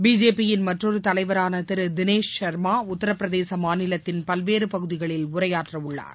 பிஜேபியின் மற்றொரு தலைவரான திரு தினேஷ் ஷர்மா உத்தரபிரதேச மாநிலத்தின் பல்வேறு பகுதிகளில் உரையாற்றவுள்ளார்